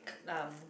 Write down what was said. k~ um